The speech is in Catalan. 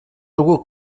algú